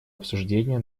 обсуждения